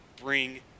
bring